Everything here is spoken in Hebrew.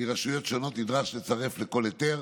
מרשויות שונות נדרש לצרף לכל היתר.